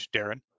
Darren